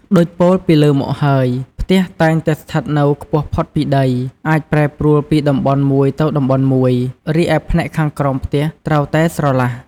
ដូចពោលពីលើមកហើយ ផ្ទះតែងតែស្ថិតនៅខ្ពស់ផុតពីដី អាចប្រែប្រួលពីតំបន់មួយទៅតំបន់មួយ រីឯផ្នែកខាងក្រោមផ្ទះត្រូវតែស្រឡះ។